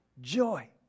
joy